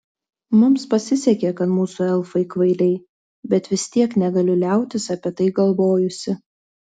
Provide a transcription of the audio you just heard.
mums pasisekė kad mūsų elfai kvailiai bet vis tiek negaliu liautis apie tai galvojusi